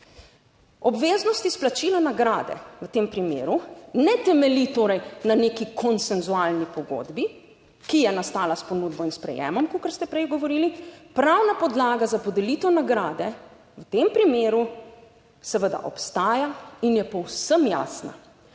Obveznost izplačila nagrade v tem primeru ne temelji torej na neki konsenzualni pogodbi, ki je nastala s ponudbo in s sprejemom, kakor ste prej govorili. Pravna podlaga za podelitev nagrade v tem primeru seveda obstaja in je povsem jasna